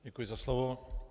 Děkuji za slovo.